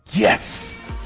Yes